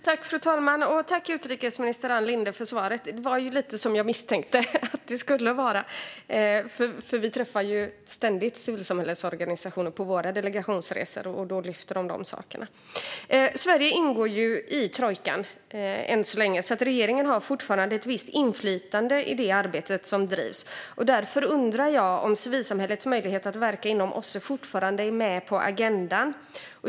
Fru talman! Tack, utrikesminister Ann Linde, för svaret! Det var lite som jag misstänkte. Vi träffar ju ständigt civilsamhällets organisationer på våra delegationsresor, och då lyfter de dessa saker. Sverige ingår ju i trojkan än så länge, så regeringen har fortfarande ett visst inflytande över det arbete som drivs. Jag undrar därför om civilsamhällets möjlighet att verka inom OSSE fortfarande är med på agendan.